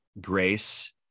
grace